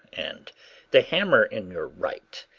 and the hammer in your right.